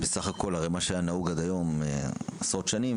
הרי מה שהיה נהוג עד היום עשרות שנים